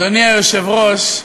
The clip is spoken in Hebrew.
אדוני היושב-ראש,